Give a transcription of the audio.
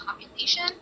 population